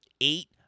eight